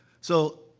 so,